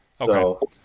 Okay